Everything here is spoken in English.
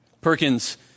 Perkins